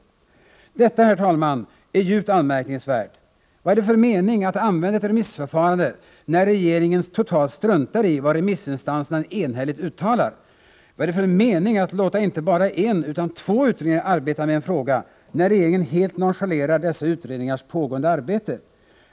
Detta, herr talman, är djupt anmärkningsvärt. Vad är det för mening med att använda ett remissförfarande, när regeringen totalt struntar i vad remissinstanserna enhälligt uttalar? Vad är det för mening med att låta inte bara en utan två utredningar arbeta med en fråga, när regeringen helt nonchalerar dessa utredningars pågående arbete?